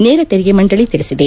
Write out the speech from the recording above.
ನೇರ ತೆರಿಗೆ ಮಂಡಳಿ ತಿಳಿಸಿದೆ